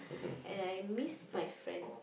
and I miss my friend